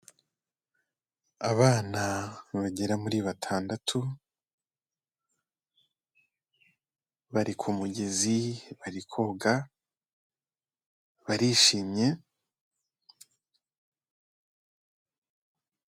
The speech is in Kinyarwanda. Abana bagera muri batandatu, bari ku mugezi, bari koga, barishimye.